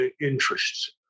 interests